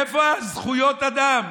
איפה זכויות האדם?